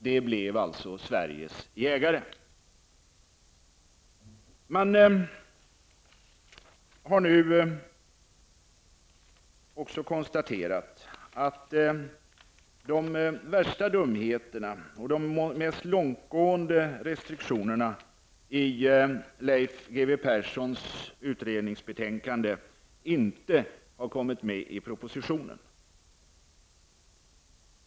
Det blev alltså Vidare har det konstaterats att de värsta dumheterna och de mest långtgående restriktionerna i Leif G W Perssons utredningsbetänkande inte kom med i propositionen.